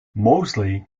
mosley